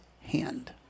hand